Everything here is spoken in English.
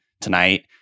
tonight